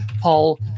Paul